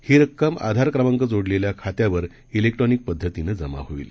ही रक्कम आधार क्रमांक जोडलेल्या खात्यावर जिक्ट्रॉनिक पद्धतीनं जमा होईल